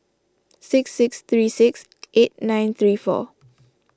six six three six eight nine three four